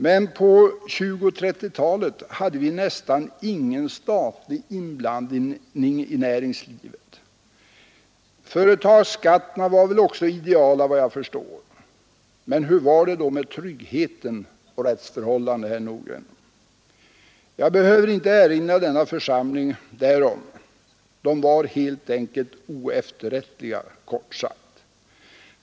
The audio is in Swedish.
Men på 1920 och 1930-talen hade vi nästan ingen statlig inblandning i näringslivet. Företagsskatterna var väl också ideala, vad jag förstår. Men hur var det då med tryggheten och rättsförhållandena? Jag behöver inte erinra denna församling därom. De var oefterrättliga, kort sagt.